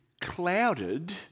clouded